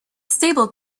stable